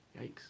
Yikes